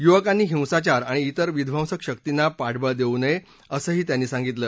युवकांनी हिंसाचार आणि इतर विध्वंसक शक्तींना पाठबळ देऊ नये असंही त्यांनी सांगितलं